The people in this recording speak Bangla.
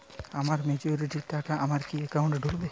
আমার ম্যাচুরিটির টাকা আমার কি অ্যাকাউন্ট এই ঢুকবে?